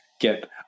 get